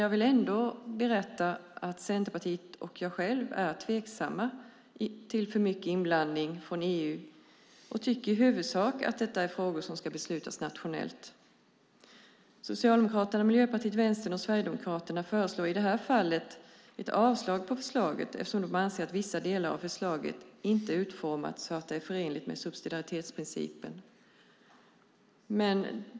Jag vill ändå berätta att Centerpartiet och jag själv är tveksamma till för mycket inblandning från EU och i huvudsak tycker att detta är frågor som ska beslutas nationellt. Socialdemokraterna, Miljöpartiet, Vänstern och Sverigedemokraterna föreslår i det är fallet ett avslag på förslaget eftersom de anser att vissa delar av förslaget inte är utformade så de är förenliga med subsidiaritetsprincipen.